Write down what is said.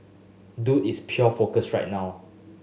Dude is pure focus right now